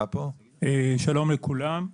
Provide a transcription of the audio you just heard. שלום לכולם,